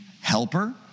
helper